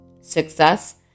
Success